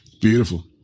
Beautiful